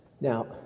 Now